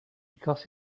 because